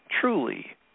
truly